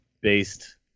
based